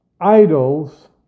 idols